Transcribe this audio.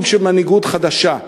סוג של מנהיגות חדשה.